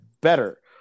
better